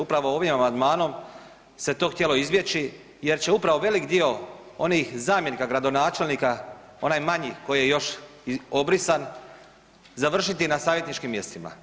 Upravo ovim amandmanom se to htjelo izbjeći, jer će upravo velik dio onih zamjenika gradonačelnika, onaj manji koji je još obrisan završiti na savjetničkim mjestima.